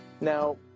Now